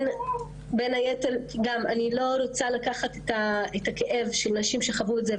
אני לא רוצה לקחת את הכאב של נשים שחוו את זה,